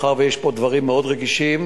מאחר שיש פה דברים מאוד רגישים,